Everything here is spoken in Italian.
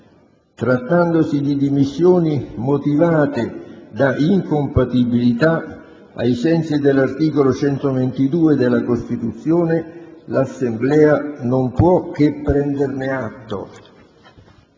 Trattandosi di dimissioni motivate da incompatibilità, ai sensi dell'articolo 122 della Costituzione, l'Assemblea non può che prenderne atto.